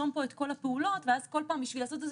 משאירים את החובשים בשטח וגם שם מייצרים איזה